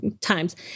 times